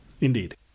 indeed